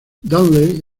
dudley